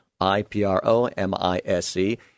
I-P-R-O-M-I-S-E